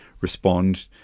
respond